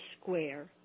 square